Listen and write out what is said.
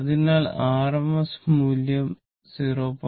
അതിനാൽ rms മൂല്യം 0